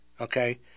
okay